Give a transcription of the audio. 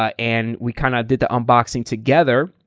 ah and we kind of did the unboxing together.